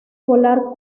volar